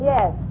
Yes